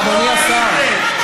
אדוני השר.